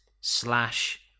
slash